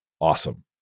awesome